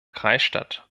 kreisstadt